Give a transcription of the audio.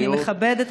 ואני מכבדת,